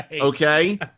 Okay